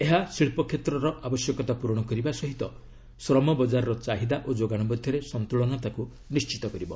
ଏହା ଶିଳ୍ପକ୍ଷେତ୍ରର ଆବଶ୍ୟକତା ପୂରଣ କରିବା ସହିତ ଶ୍ରମ ବଜାରର ଚାହିଦା ଓ ଯୋଗାଣ ମଧ୍ୟରେ ସନ୍ତୁଳନତାକୁ ନିଶ୍ଚିତ କରିବ